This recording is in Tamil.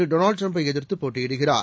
டொனால்ட் டிரம்பைஎதிர்த்துபோட்டியிடுகிறார்